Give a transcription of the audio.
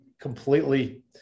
completely